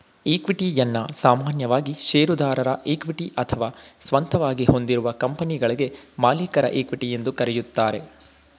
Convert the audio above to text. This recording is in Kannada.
ಇಕ್ವಿಟಿಯನ್ನ ಸಾಮಾನ್ಯವಾಗಿ ಶೇರುದಾರರ ಇಕ್ವಿಟಿ ಅಥವಾ ಸ್ವಂತವಾಗಿ ಹೊಂದಿರುವ ಕಂಪನಿಗಳ್ಗೆ ಮಾಲೀಕರ ಇಕ್ವಿಟಿ ಎಂದು ಕರೆಯುತ್ತಾರೆ